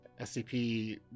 SCP